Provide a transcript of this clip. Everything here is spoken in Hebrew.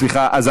סליחה, סליחה.